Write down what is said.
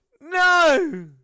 No